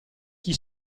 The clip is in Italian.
chi